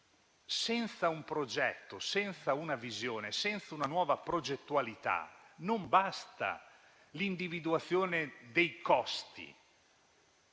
Senza un progetto, senza una visione, senza una nuova progettualità, non basta l'individuazione dei costi.